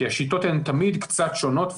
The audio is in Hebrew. כי השיטות הן תמיד קצת שונות,